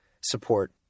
support